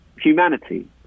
humanity